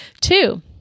Two